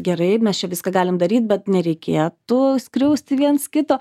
gerai mes čia viską galim daryt bet nereikėtų skriausti viens kito